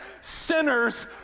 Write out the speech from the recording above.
sinners